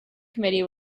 committee